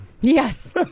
Yes